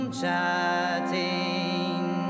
chatting